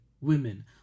Women